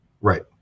Right